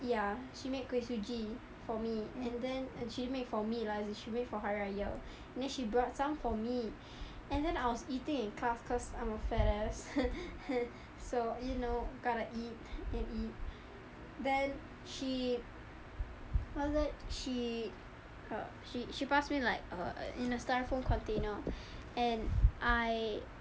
ya she made kuih suji for me and then she didn't make for me lah she make for hari raya then she brought some for me and then I was eating in class cause I'm a fat ass so you know gotta eat and eat then she what's that she uh she she pass me like uh in a styrofoam container and I